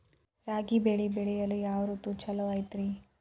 ರಾಗಿ ಬೆಳೆ ಬೆಳೆಯಲು ಯಾವ ಋತು ಛಲೋ ಐತ್ರಿ?